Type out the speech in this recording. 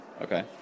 okay